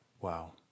Wow